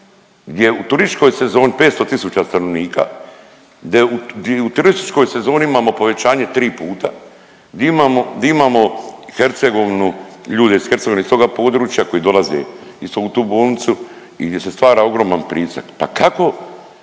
gdje u turističkoj sezoni 500 tisuća stanovnika, di u turističkoj sezoni imamo povećanje tri puta, di imamo Hercegovinu ljude iz Hercegovine iz toga područja koji dolaze isto u tu bolnicu i gdje se stvara ogroman pritisak. Pa kako